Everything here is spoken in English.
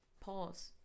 Pause